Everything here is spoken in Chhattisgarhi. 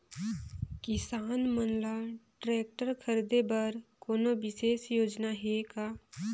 किसान मन ल ट्रैक्टर खरीदे बर कोनो विशेष योजना हे का?